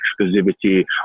exclusivity